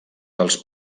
dels